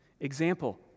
Example